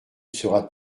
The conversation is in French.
seras